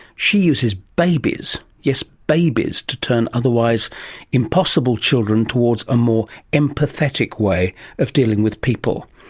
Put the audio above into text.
she uses babies. yes, babies. to turn otherwise impossible children towards a more empathetic way of dealing with people.